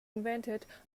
invented